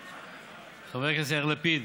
חבר הכנסת יאיר לפיד,